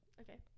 Okay